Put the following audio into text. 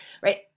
right